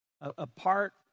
apart